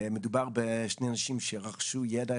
מדובר בשני אנשים שרכשו ידע,